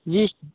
जी स